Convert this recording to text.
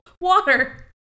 water